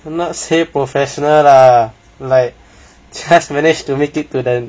not say professional lah like just manage to make it to the